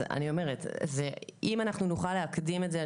אם נוכל להקדים את זה.